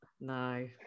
No